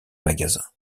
magasins